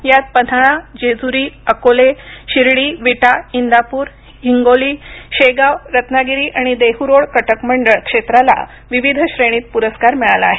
यात पन्हाळा जेजुरी अकोले शिर्डी विटा इंदापूर हिंगोली शेगाव रत्नागिरी आणि देहू रोड कटकमंडळ क्षेत्राला विविध श्रेणीत पुरस्कार मिळाला आहे